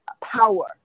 power